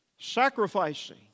sacrificing